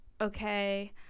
okay